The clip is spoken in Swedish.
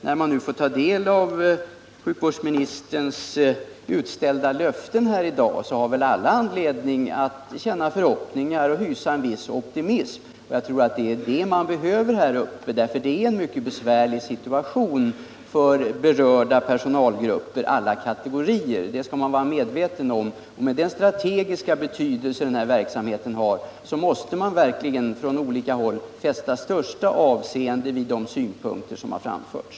När man nu har fått ta del av sjukvårdsministerns i dag utställda löften har man all anledning att känna förhoppningar och hysa en viss optimism. Jag tror att det är det människorna på institutionen i fråga behöver. Det är nämligen en mycket besvärlig situation för berörda personalgrupper av alla kategorier. Det skall vi vara medvetna om. Med tanke på den strategiska betydelse som den här verksamheten har måste man från olika håll fästa största avseende vid de synpunkter som har framförts.